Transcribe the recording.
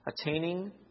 attaining